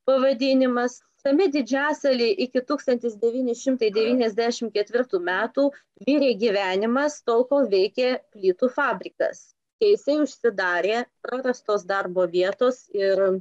pavadinimas tame didžiasalyje iki tūkstantis devyni šimtai devyniasdešimt ketvirtų metų virė gyvenimas tol kol veikė plytų fabrikas kai jisai užsidarė prarastos darbo vietos ir